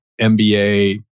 MBA